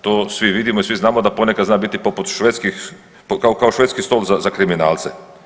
To svi vidimo i svi znamo da ponekad zna biti poput švedskih, kao švedski stol za kriminalce.